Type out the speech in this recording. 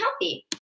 healthy